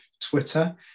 Twitter